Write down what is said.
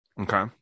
Okay